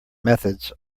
methods